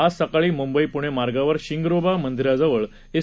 आजसकाळीमुंबईपुणेमार्गावरशिंगरोबामंदिराजवळएस